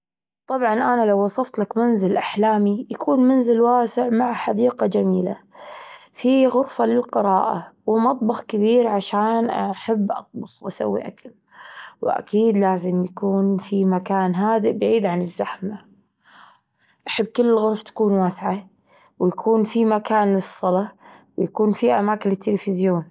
طبعًا أنا لو وصفتلك منزل أحلامي يكون منزل واسع مع حديقة جميلة، فيه غرفة للقراءة ومطبخ كبير عشان أحب أطبخ وأسوي أكل، وأكيد لازم يكون في مكان هادئ بعيد عن الزحمة. أحب كل الغرف تكون واسعة، ويكون في مكان للصلاة، ويكون في أماكن للتلفزيون.